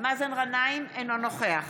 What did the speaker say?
אינו נוכח